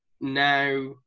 now